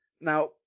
Now